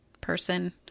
person